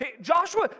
Joshua